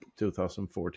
2014